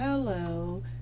Hello